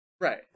Right